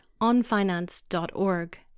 onfinance.org